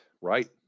right